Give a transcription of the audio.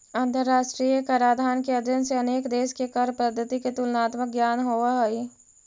अंतरराष्ट्रीय कराधान के अध्ययन से अनेक देश के कर पद्धति के तुलनात्मक ज्ञान होवऽ हई